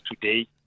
today